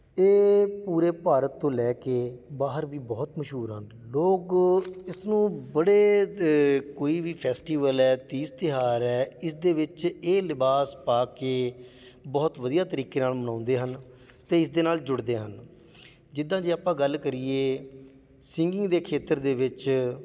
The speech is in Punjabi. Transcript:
ਇਹ ਪੂਰੇ ਭਾਰਤ ਤੋਂ ਲੈ ਕੇ ਬਾਹਰ ਵੀ ਬਹੁਤ ਮਸ਼ਹੂਰ ਹਨ ਲੋਕ ਇਸਨੂੰ ਬੜੇ ਕੋਈ ਵੀ ਫੈਸਟੀਵਲ ਹੈ ਤੀਜ਼ ਤਿਉਹਾਰ ਹੈ ਇਸਦੇ ਵਿੱਚ ਇਹ ਲਿਬਾਸ ਪਾ ਕੇ ਬਹੁਤ ਵਧੀਆ ਤਰੀਕੇ ਨਾਲ ਮਨਾਉਂਦੇ ਹਨ ਅਤੇ ਇਸ ਦੇ ਨਾਲ ਜੁੜਦੇ ਹਨ ਜਿੱਦਾਂ ਜੇ ਆਪਾਂ ਗੱਲ ਕਰੀਏ ਸਿੰਗਿੰਗ ਦੇ ਖੇਤਰ ਦੇ ਵਿੱਚ